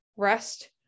Rest